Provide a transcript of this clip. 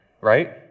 right